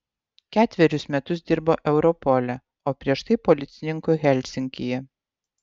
ketverius metus dirbo europole o prieš tai policininku helsinkyje